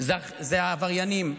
זה העבריינים.